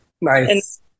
Nice